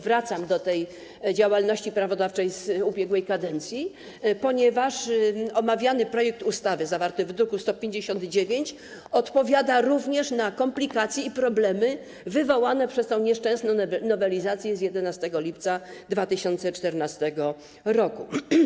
Wracam do tej działalności prawodawczej z ubiegłej kadencji, ponieważ omawiany projekt ustawy zawarty w druku nr 159 odpowiada również na komplikacje i problemy wywołane przez tę nieszczęsną nowelizację z 11 lipca 2014 r.